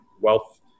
wealth